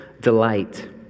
delight